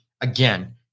again